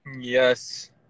Yes